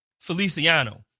Feliciano